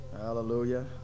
Hallelujah